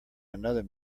another